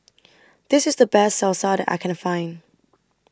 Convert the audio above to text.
This IS The Best Salsa that I Can Find